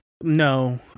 No